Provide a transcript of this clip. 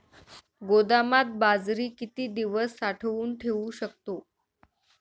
गोदामात बाजरी किती दिवस साठवून ठेवू शकतो?